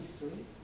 history